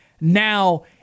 now